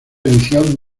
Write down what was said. edición